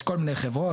יש כל מיני חברות,